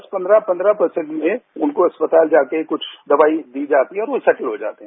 दस पंद्रह परसेंट में उनको अस्पताल जाकर कुछ दवाई दी जाती है और वो सेट्ल हो जाते हैं